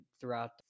throughout